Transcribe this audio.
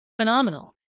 Phenomenal